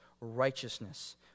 righteousness